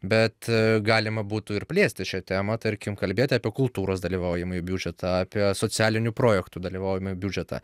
bet galima būtų ir plėsti šią temą tarkim kalbėti apie kultūros dalyvaujamąjį biudžetą apie socialinių projektų dalyvaujamąjį biudžetą